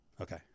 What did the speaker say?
okay